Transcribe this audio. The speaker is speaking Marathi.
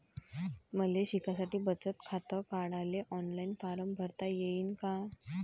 मले शिकासाठी बचत खात काढाले ऑनलाईन फारम भरता येईन का?